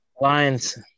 Lions